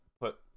put